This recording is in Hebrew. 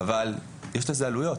אבל יש לזה עלויות